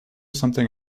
something